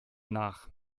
nach